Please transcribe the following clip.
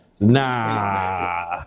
Nah